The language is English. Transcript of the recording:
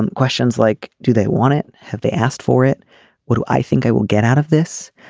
and questions like do they want it. have they asked for it what do i think i will get out of this.